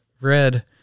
Red